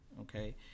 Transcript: okay